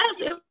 Yes